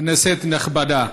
כנסת נכבדה,